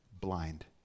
blind